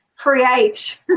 Create